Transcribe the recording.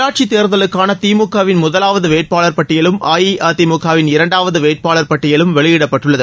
உள்ளாட்சித் தேர்தலுக்கான திமுக வின் முதலாவது வேட்பாளர் பட்டியலும் அஇஅதிமுகவிள் இரண்டாவது வேட்பாளர் பட்டியலும் வெளியிடப்பட்டுள்ளது